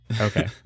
Okay